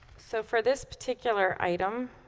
so for this particular item